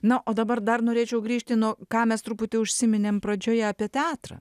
na o dabar dar norėčiau grįžti no ką mes truputį užsiminėm pradžioje apie teatrą